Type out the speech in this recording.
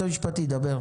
עכשיו.